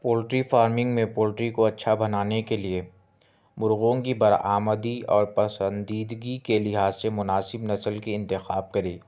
poultry farming میں poultry کو اچھا بنانے کے لئے مرغوں کی برآمدی اور پسندیدگی کے لحاظ سے مناسب نسل کے انتخاب کرے